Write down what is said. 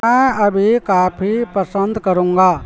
میں ابھی کاپھی پسند کروں گا